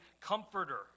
comforter